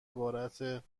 عبارت